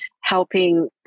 helping